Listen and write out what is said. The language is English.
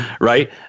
right